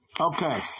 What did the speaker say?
Okay